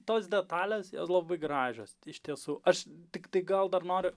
tos detalės jos labai gražios iš tiesų aš tiktai gal dar noriu